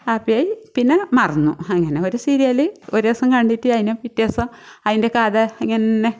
ഹാപ്പിയായി പിന്നെ മറന്നു അങ്ങനെ ഒരു സീരിയൽ ഒരു ദിവസം കണ്ടിട്ട് പിന്നെ പിറ്റേ ദിവസം അതിൻ്റെ കഥ ഇങ്ങന്നെ